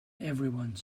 everyone